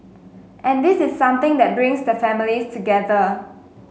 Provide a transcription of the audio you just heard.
and this is something that brings the families together